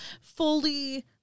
fully